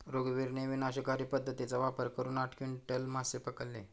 रघुवीरने विनाशकारी पद्धतीचा वापर करून आठ क्विंटल मासे पकडले